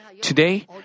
Today